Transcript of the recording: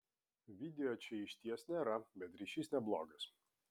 video čia išties nėra bet ryšys neblogas